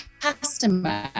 customer